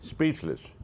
Speechless